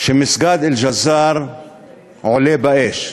שמסגד אל-ג'זאר עולה באש.